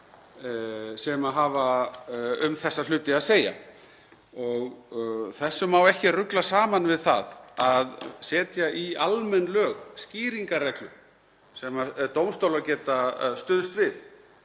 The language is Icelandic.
sem hafa um þessa hluti að segja. Þessu má ekki rugla saman við það að setja í almenn lög skýringarreglu sem dómstólar geta stuðst við.